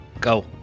Go